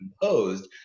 composed